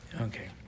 Okay